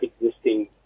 existing